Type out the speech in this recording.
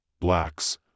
blacks